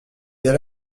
elle